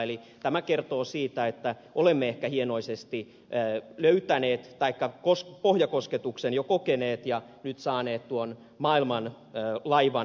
eli tämä kertoo siitä että olemme ehkä hienoisesti pohjakosketuksen jo kokeneet ja nyt saaneet tuon maailman laivan kääntymään